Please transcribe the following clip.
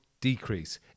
decrease